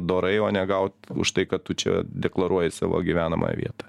dorai o ne gaut už tai kad tu čia deklaruoji savo gyvenamą vietą